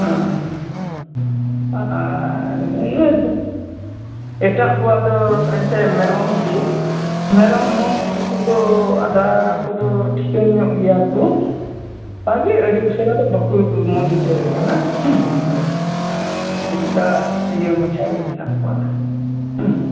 ᱦᱮᱸᱻ ᱟᱨ ᱮᱴᱟᱜ ᱠᱚᱣᱟᱜ ᱫᱚ ᱮᱱᱛᱮᱫ ᱢᱮᱨᱚᱢ ᱜᱮ ᱢᱮᱨᱚᱢ ᱦᱚᱸ ᱩᱱᱠᱩ ᱫᱚ ᱟᱫᱷᱟ ᱠᱚᱫᱚ ᱴᱷᱤᱠᱟᱹᱱ ᱧᱚᱜ ᱜᱮᱭᱟᱠᱚ ᱚᱱᱠᱟᱜᱮ ᱟᱹᱰᱤ ᱩᱥᱟᱹᱨᱟ ᱫᱚ ᱵᱟᱠᱚ ᱢᱚᱡᱽ ᱩᱛᱟᱹᱨᱟᱠᱟᱱᱟ ᱪᱮᱫ ᱞᱮᱠᱟ ᱤᱭᱟᱹ ᱢᱟᱪᱷᱟᱜᱮ ᱢᱮᱱᱟᱜ ᱠᱚᱣᱟ ᱦᱮᱸ